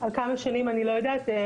אני לא יודעת.